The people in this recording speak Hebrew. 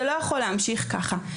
זה לא יכול להמשיך ככה.